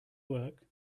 work